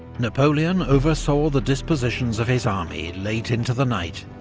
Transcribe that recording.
napoleon oversaw the dispositions of his army late into the night,